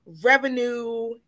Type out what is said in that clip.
revenue